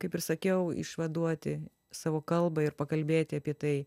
kaip ir sakiau išvaduoti savo kalbą ir pakalbėti apie tai